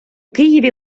києві